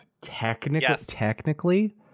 technically